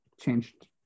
changed